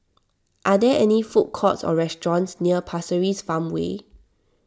are there food courts or restaurants near Pasir Ris Farmway